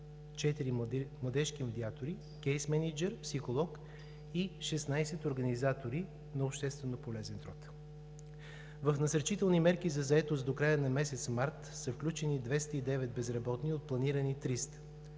младежки медиатори, кейс-мениджър, психолог и 16 организатори на общественополезен труд. В насърчителни мерки за заетост до края на месец март са включени 209 безработни от планирани 300.